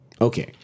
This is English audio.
Okay